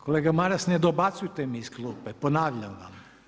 Kolega Maras ne dobacujte mi iz klupe, ponavljam vam!